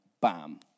Bam